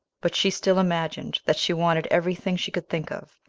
but she still imagined that she wanted every thing she could think of,